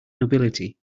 nobility